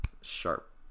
sharp